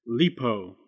Lipo